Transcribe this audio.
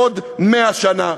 אז בעוד 100 שנה.